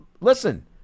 listen